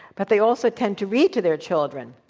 but they also tend to read to their children.